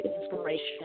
inspiration